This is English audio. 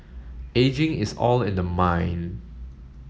ageing is all in the mind